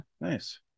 nice